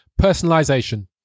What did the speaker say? personalization